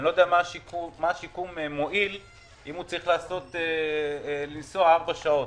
אני לא יודע מה השיקום מועיל אם הוא צריך לנסוע ארבע שעות.